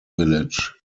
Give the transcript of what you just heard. village